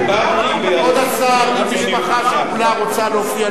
אם רוצות משפחות שכולות להשתתף,